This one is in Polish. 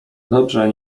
dobrze